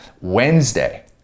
Wednesday